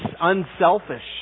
unselfish